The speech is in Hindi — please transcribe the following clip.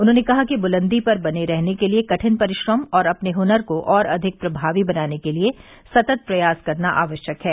उन्होंने कहा कि बुलंदी पर बने रहने के लिए कठिन परिश्रम और अपने हुनर को और अधिक प्रभावी बनाने के लिए सतत प्रयास करना आवश्यक है